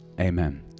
Amen